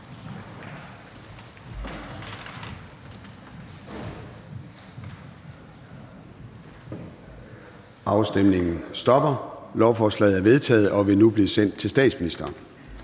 stemte 4 (ALT)]. Lovforslaget er vedtaget og vil nu blive sendt til statsministeren.